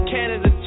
Canada